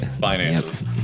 finances